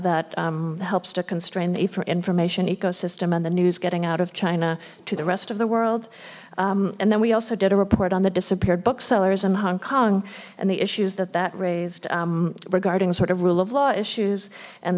that helps to constrain the for information ecosystem and the news getting out of china to the rest of the world and then we also did a report on the disappeared booksellers in hong kong and the issues that that raised regarding sort of rule of law issues and